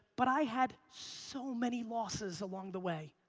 but i had so many losses along the way.